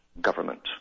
government